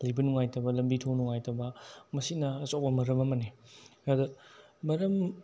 ꯂꯩꯕ ꯅꯨꯡꯉꯥꯏꯇꯕ ꯂꯝꯕꯤ ꯊꯣꯡ ꯅꯨꯡꯉꯥꯏꯇꯕ ꯃꯁꯤꯅ ꯑꯆꯧꯕ ꯃꯔꯝ ꯑꯃꯅꯤ ꯑꯗꯣ ꯃꯔꯝ